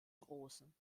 großen